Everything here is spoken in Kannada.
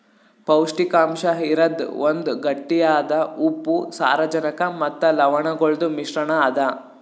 ಪೌಷ್ಟಿಕಾಂಶ ಇರದ್ ಒಂದ್ ಗಟ್ಟಿಯಾದ ಉಪ್ಪು, ಸಾರಜನಕ ಮತ್ತ ಲವಣಗೊಳ್ದು ಮಿಶ್ರಣ ಅದಾ